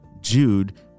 Jude